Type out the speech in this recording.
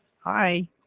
Hi